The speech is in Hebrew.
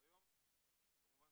היום כמובן